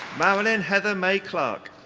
marilyn heather may clark.